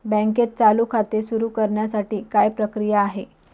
बँकेत चालू खाते सुरु करण्यासाठी काय प्रक्रिया आहे?